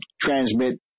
transmit